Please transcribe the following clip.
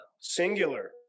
singular